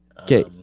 Okay